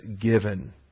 given